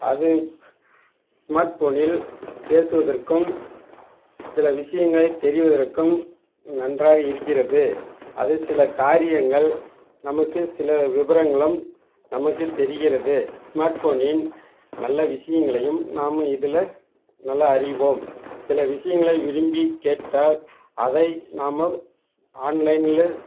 அது ஸ்மார்ட் போனில் பேசுவதற்கும் சில விஷயங்களை தெரிவதற்கும் நன்றாய் இருக்கிறது அது சில காரியங்கள் நமக்கு சில விவரங்களும் நமக்கு தெரிகிறது ஸ்மார்ட் போனின் நல்ல விஷயங்களையும் நாம் இதில் நல்லா அறிவோம் சில விஷயங்களை விரும்பி கேட்டால் அதை நாம் ஆன்லைனில்